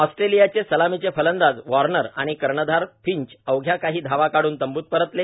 ऑस्ट्रेलियाचे सलामीचे फलंदाज वार्नर आणि कर्णधार फिंच अवघ्या काही धावा काढून तंबूत परतले